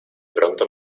pronto